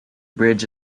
bridge